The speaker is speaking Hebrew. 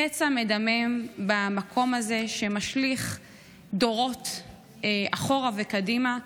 פצע מדמם במקום הזה, שמשליך דורות אחורה וקדימה,